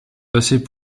passait